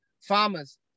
farmers